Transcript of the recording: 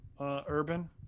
Urban